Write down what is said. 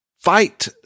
fight